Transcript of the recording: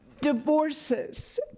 Divorces